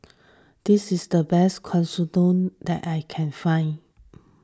this is the best Katsudon that I can find